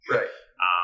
Right